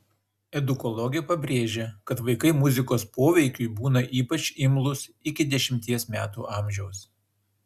edukologė pabrėžia kad vaikai muzikos poveikiui būna ypač imlūs iki dešimties metų amžiaus